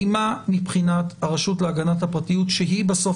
מה מבחינת הרשות להגנת הפרטיות - שהיא בסוף